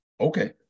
Okay